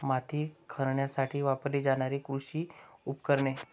माती खणण्यासाठी वापरली जाणारी कृषी उपकरणे